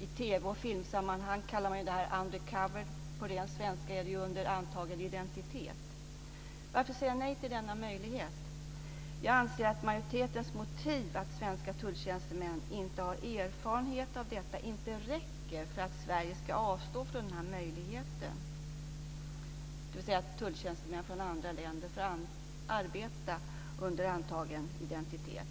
I TV och filmsammanhang kallar man ju det här undercover. På ren svenska är det under antagen identitet. Varför säga nej till denna möjlighet? Jag anser att majoritetens motiv att svenska tulltjänstemän inte har erfarenhet av detta inte räcker för att Sverige ska avstå från den här möjligheten, dvs. att tulltjänstemän från andra länder får arbeta under antagen identitet.